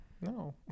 no